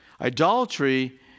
Idolatry